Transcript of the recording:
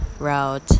route